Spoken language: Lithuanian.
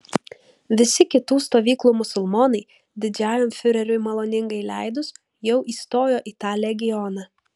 visi kitų stovyklų musulmonai didžiajam fiureriui maloningai leidus jau įstojo į tą legioną